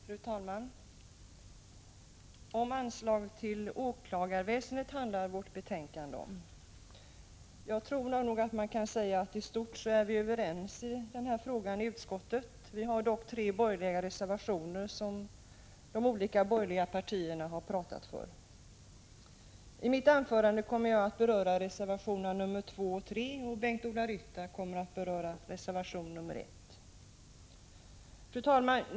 Fru talman! Anslag till åklagarväsendet handlar förevarande betänkande om. Jag tror att man kan säga att i stort är vi överens i denna fråga inom utskottet. Det föreligger dock tre borgerliga reservationer som de olika borgerliga partiernas företrädare har talat för. I mitt anförande kommer jag att beröra reservationerna nr 2 och 3, och Bengt-Ola Ryttar kommer att beröra reservation nr 1.